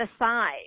aside